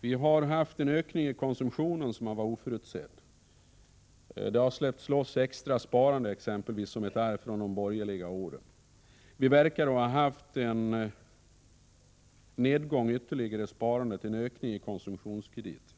Vi har haft en ökning i konsumtionen som har varit oförutsedd; det har exempelvis släppts loss extra sparande som ett arv från de borgerliga åren. Vi verkar att ha haft en ytterligare nedgång av sparandet och en ökning av konsumtionskrediterna.